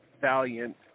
Valiant